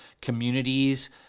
communities